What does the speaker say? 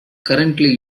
currently